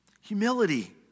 Humility